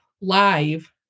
live